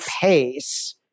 pace